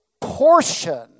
portion